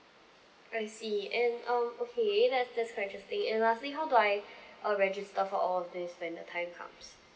I see and um okay that's that's quite interesting and lastly how do I uh register for all of these when the time comes